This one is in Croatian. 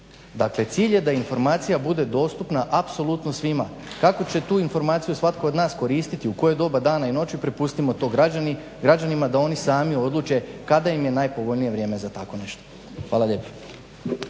Dakle cilj je da informacija bude dostupna apsolutno svima, kako će tu informaciju svatko od nas koristiti u koje doba dana i noći prepustimo to građanima da oni sami odluče kada im je najpovoljnije vrijeme za tako nešto. Hvala lijepo.